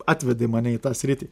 atvedė mane į tą sritį